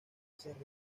esas